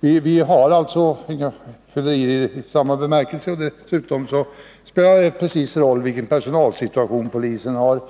Dessutom spelar det in vilken personalsituation polisen har,